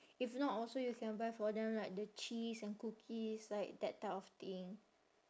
if not also you can buy for them like the cheese and cookies like that type of thing